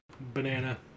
Banana